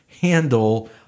handle